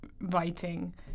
writing